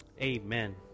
Amen